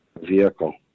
vehicle